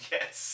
Yes